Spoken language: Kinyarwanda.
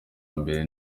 mbere